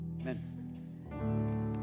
amen